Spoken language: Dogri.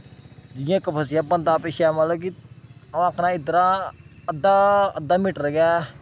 जि'यां इक फसेआ बंदा पिच्छै मतलब कि अपने इद्धरा अद्धा अद्धा मीटर गै